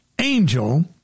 angel